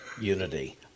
unity